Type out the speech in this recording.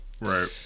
right